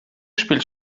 spielt